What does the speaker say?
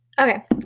okay